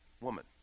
woman